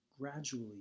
Gradually